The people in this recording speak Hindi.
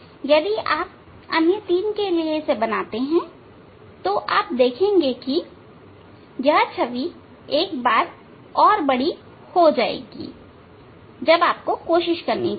यदि आप अन्य तीन के लिए इसे बनाते हैं तो आप देखेंगे कि यह छवि एक बार और बड़ी हो जाएगी जब आपको कोशिश करनी चाहिए